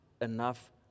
enough